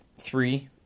three